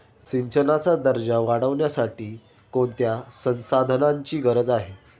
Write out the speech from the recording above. सिंचनाचा दर्जा वाढविण्यासाठी कोणत्या संसाधनांची गरज आहे?